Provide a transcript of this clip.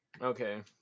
okay